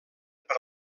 per